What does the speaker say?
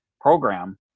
program